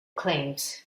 claims